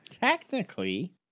Technically